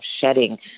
shedding